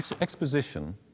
Exposition